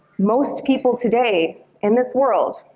most people today in this world,